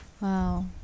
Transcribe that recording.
wow